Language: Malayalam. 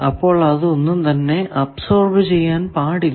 അപ്പോൾ അത് ഒന്നും തന്നെ അബ്സോർബ് ചെയ്യാൻ പാടില്ല